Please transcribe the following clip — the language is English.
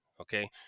Okay